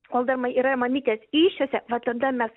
kol dar yra mamytės įsčiose va tada mes